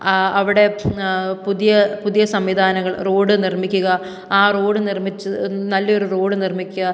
അവിടെ പുതിയ പുതിയ സംവിധാനങ്ങൾ റോഡ് നിർമ്മിക്കുക ആ റോഡ് നിർമ്മിച്ച് നല്ല ഒരു റോഡ് നിർമ്മിക്കുക